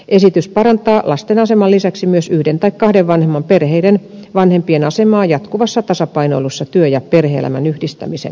esitys parantaa lasten aseman lisäksi myös yhden tai kahden vanhemman perheiden vanhempien asemaa jatkuvassa tasapainoilussa työ ja perhe elämän yhdistämisen välillä